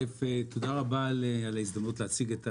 תודה רבה על ההזדמנות להציג את הדואר.